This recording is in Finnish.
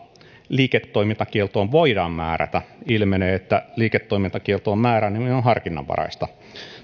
liiketoimintakieltoon voidaan määrätä ilmenee että liiketoimintakieltoon määrääminen on harkinnanvaraista